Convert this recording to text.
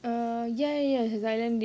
err ya ya ya it's a thailand dish